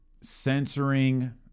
Censoring